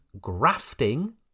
grafting